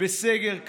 בסגר כרגע,